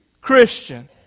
Christian